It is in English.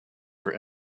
for